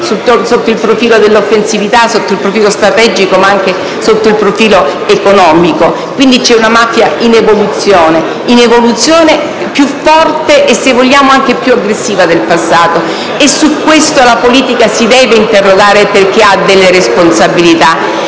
sotto il profilo dell'offensività, sotto il profilo strategico, ma anche sotto il profilo economico. Quindi c'è una mafia in evoluzione, più forte e - se vogliamo - anche più aggressiva del passato. Su questo la politica si deve interrogare, perché ha delle responsabilità.